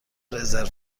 رزرو